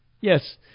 Yes